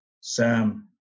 Sam